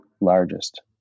largest